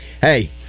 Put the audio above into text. Hey